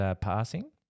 passing